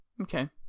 Okay